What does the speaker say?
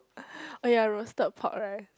oh ya roasted pork rice